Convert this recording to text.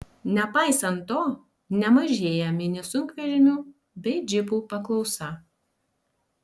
nepaisant to nemažėja mini sunkvežimių bei džipų paklausa